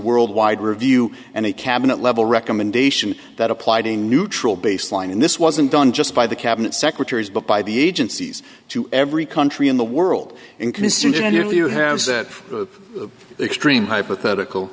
world wide review and a cabinet level recommendation that applied a neutral baseline and this wasn't done just by the cabinet secretaries but by the agencies to every country in the world and consumed generally you have that extreme hypothetical